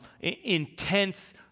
intense